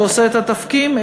שעושה את התפקיד,